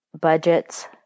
Budgets